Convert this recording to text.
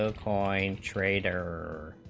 ah nine trader